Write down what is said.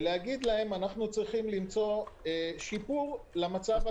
ולומר: אנחנו צריכים למצוא שיפור למצב הקיים.